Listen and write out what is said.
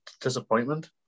disappointment